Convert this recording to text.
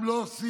הם לא עושים.